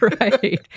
Right